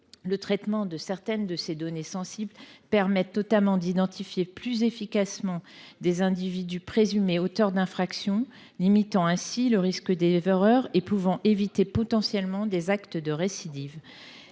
Le traitement de certaines de ces données sensibles permet d’identifier plus efficacement des individus présumés auteurs d’infractions, ce qui limite le risque d’erreur et évite potentiellement des actes de récidive.